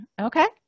Okay